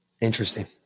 Interesting